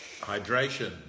Hydration